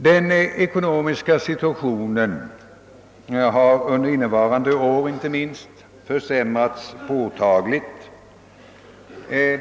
Den ekonomiska situationen har, inte minst under innevarande år, försämrats påtagligt.